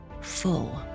full